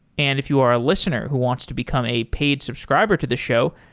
and if you are a listener who wants to become a paid subscriber to this show,